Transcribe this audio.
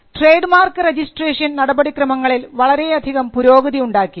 trade mark registration നടപടിക്രമങ്ങളിൽ വളരെയധികം പുരോഗതി ഉണ്ടാക്കി